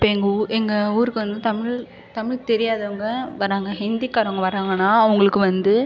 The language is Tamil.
இப்போ எங்கள் ஊ எங்கள் ஊருக்கு வந்து தமிழ் தமிழ் தெரியாதவங்க வராங்க ஹிந்திக்காரங்க வராங்கன்னால் அவங்களுக்கு வந்து